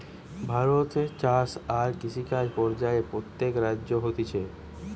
ভারতে চাষ আর কৃষিকাজ পর্যায়ে প্রত্যেক রাজ্যে হতিছে